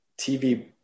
tv